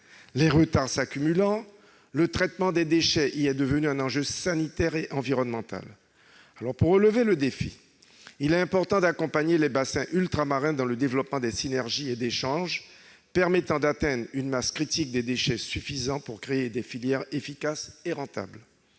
Les retards s'accumulant, le traitement des déchets est devenu dans ces territoires un enjeu sanitaire et environnemental. Pour relever le défi, il est important d'accompagner les bassins ultramarins dans le développement de synergies et d'échanges permettant d'atteindre une masse critique de déchets, suffisante pour créer des filières efficaces et rentables.